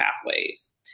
Pathways